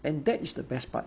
and that is the best part